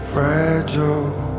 Fragile